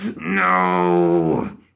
No